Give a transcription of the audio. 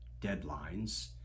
deadlines